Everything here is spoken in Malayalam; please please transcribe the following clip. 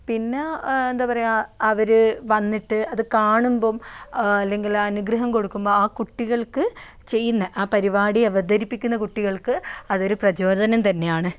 പിന്നെ എന്താണ് പറയുക അവർ വന്നിട്ട് അത് കാണുമ്പോൾ അല്ലെങ്കിൽ അനുഗ്രഹം കൊടുക്കുമ്പോൾ ആ കുട്ടികൾക്ക് ചെയ്യുന്ന ആ പരിപാടി അവതരിപ്പിക്കുന്ന കുട്ടികൾക്ക് അതൊരു പ്രചോദനം തന്നെയാണ്